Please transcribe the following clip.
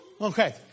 Okay